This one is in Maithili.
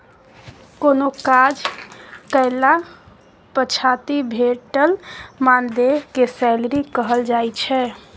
कोनो काज कएला पछाति भेटल मानदेय केँ सैलरी कहल जाइ छै